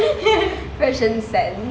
fashion sense